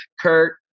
Kurt